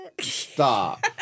Stop